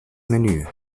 menü